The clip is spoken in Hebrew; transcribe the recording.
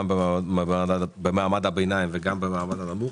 גם במעמד הביניים וגם במעמד הנמוך